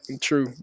true